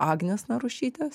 agnės narušytės